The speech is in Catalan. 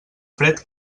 fred